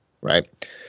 Right